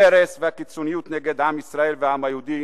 הארס והקיצוניות נגד עם ישראל והעם היהודי